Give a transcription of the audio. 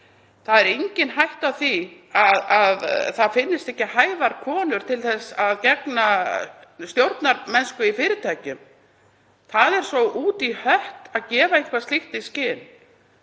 Það er engin hætta á því að það finnist ekki hæfar konur til þess að gegna stjórnarformennsku í fyrirtækjum. Það er svo út í hött að gefa eitthvað slíkt í skyn,